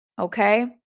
okay